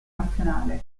nazionale